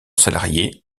salarié